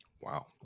wow